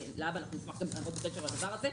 נשמח להבא לעבוד בדבר הזה.